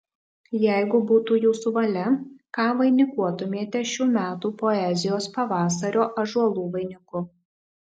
jeigu būtų jūsų valia ką vainikuotumėte šių metų poezijos pavasario ąžuolų vainiku